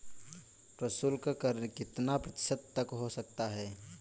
प्रशुल्क कर कितना प्रतिशत तक हो सकता है?